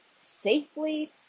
safely